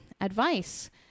advice